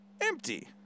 empty